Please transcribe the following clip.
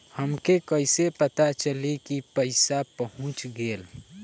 हमके कईसे पता चली कि पैसा पहुच गेल?